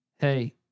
hey